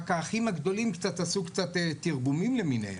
רק האחים הגדולים קצת עשו תרגומים למיניהם.